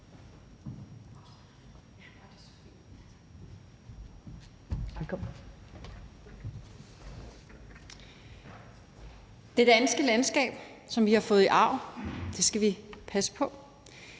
Det danske landskab, som vi har fået i arv, skal vi passe på.